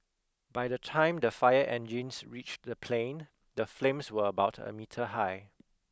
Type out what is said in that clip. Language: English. by the time the fire engines reached the plane the flames were about a metre high